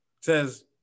says